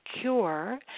cure